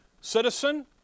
citizen